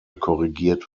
korrigiert